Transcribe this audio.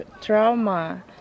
trauma